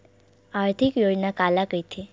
आर्थिक योजना काला कइथे?